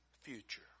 future